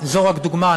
רק דוגמה.